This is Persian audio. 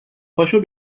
پاشو